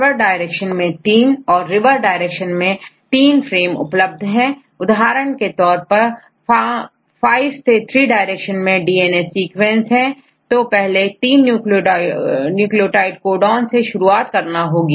forward direction में 3 और reverse direction में 3 उपलब्ध है उदाहरण के तौर पर5' से3' डायरेक्शन में डीएनए सीक्वेंस हैं तो पहले तीन न्यूक्लियोटाइड को डॉन से शुरुआत करना होगी